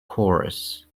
chorus